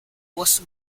was